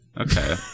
Okay